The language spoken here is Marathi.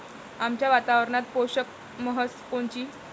आमच्या वातावरनात पोषक म्हस कोनची?